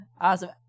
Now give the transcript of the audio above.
awesome